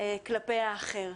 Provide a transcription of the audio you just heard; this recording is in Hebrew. כלפי האחר.